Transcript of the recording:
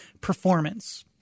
performance